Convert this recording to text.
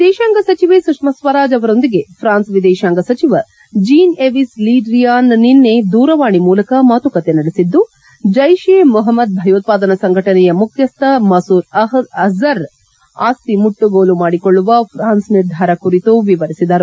ವಿದೇಶಾಂಗ ಸಚಿವೆ ಸುಷ್ಮಾ ಸ್ವರಾಜ್ ಅವರೊಂದಿಗೆ ಫ್ರಾನ್ಸ್ ವಿದೇಶಾಂಗ ಸಚಿವ ಜೀನ್ ಯೆವಿಸ್ ಲೀ ಡ್ರಿಯಾನ್ ನಿನ್ನ ದೂರವಾಣಿ ಮೂಲಕ ಮಾತುಕತೆ ನಡೆಸಿದ್ದು ಜೈಷ್ ಎ ಮೊಹಮ್ಮದ್ ಭಯೋತ್ಪಾದನಾ ಸಂಘಟನೆಯ ಮುಖ್ಯಸ್ಥ ಮಸೂದ್ ಅಜರ್ ಆಸ್ತಿ ಮುಟ್ಟುಗೋಲು ಮಾಡಿಕೊಳ್ಳುವ ಫ್ರಾನ್ಸ್ ನಿರ್ಧಾರ ಕುರಿತು ವಿವರಿಸಿದರು